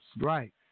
Right